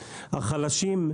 החלשים,